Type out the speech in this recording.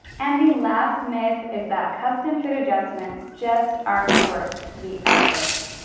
and the last myth is that custom fit adjustments just aren't worth the effort.